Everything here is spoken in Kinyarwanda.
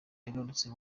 yagarutse